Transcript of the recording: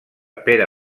pere